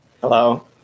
Hello